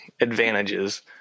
Advantages